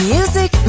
Music